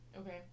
Okay